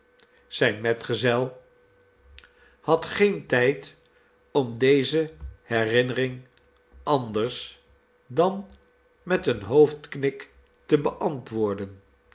zijn metgezel had geen tijd om deze herinnering anders dan met een hoofdknik te beantwoorden